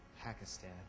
Pakistan